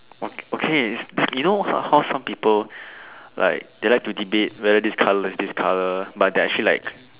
oh okay you know how how some people like they like to debate whether this colour is actually this colour but it's like